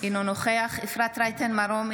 אינו נוכח אפרת רייטן מרום,